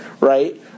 right